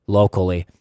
locally